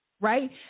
right